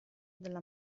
della